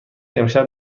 امشب